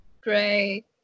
Great